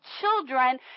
children